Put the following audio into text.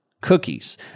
cookies